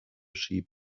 sheep